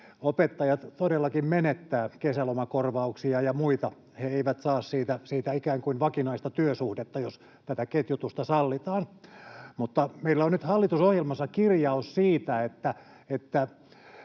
Opettajat todellakin menettävät kesälomakorvauksia ja muita, he eivät saa siitä ikään kuin vakinaista työsuhdetta, jos tätä ketjutusta sallitaan. Mutta meillä on nyt hallitusohjelmassa kirjaus siitä, että